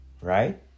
Right